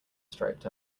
striped